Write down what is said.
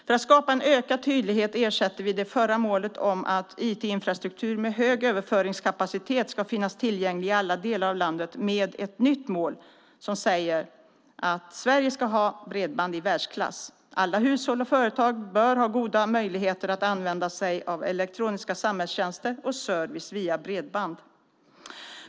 För att skapa en ökad tydlighet ersätter vi det förra målet, att IT-infrastruktur med hög överföringskapacitet ska finnas tillgänglig i alla delar av landet, med ett nytt mål som säger: Sverige ska ha bredband i världsklass. Alla hushåll och företag bör ha goda möjligheter att använda sig av elektroniska samhällstjänster och service via bredband.